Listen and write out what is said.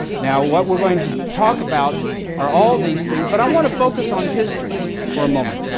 now, what we are going to talk about are all these things, but i want to focus on history for a moment.